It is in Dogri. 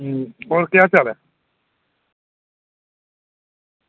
होर केह् हाल चाल ऐ